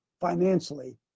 financially